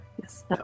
yes